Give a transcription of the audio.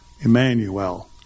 Emmanuel